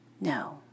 No